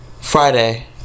Friday